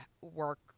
work